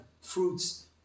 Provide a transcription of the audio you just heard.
fruits